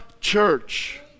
church